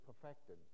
perfected